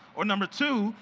or number two,